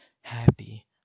happy